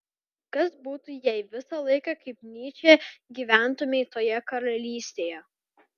kas būtų jei visą laiką kaip nyčė gyventumei toje karalystėje